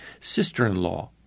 sister-in-law